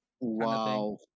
Wow